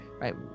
right